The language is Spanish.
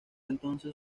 entonces